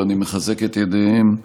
ואני מחזק את ידיהם,